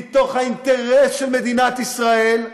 מתוך האינטרס של מדינת ישראל.